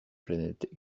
planète